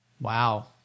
Wow